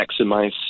maximize